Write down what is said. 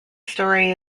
story